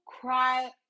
cry